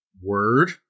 Word